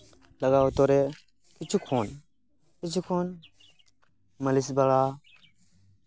ᱞᱟᱜᱟᱣ ᱚᱠᱛᱚ ᱨᱮ ᱠᱤᱪᱷᱩ ᱠᱷᱚᱱ ᱠᱤᱪᱷᱩ ᱠᱷᱚᱱ ᱢᱟᱞᱤᱥ ᱵᱟᱲᱟ